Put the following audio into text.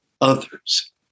others